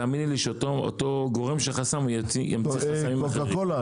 תאמיני לי שאותו גורם שחסם ימציא חסמים אחרים.